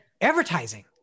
advertising